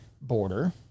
border